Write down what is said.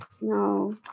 No